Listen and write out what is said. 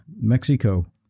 Mexico